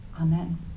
Amen